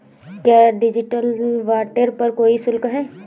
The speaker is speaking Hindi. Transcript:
क्या डिजिटल वॉलेट पर कोई शुल्क है?